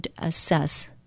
assess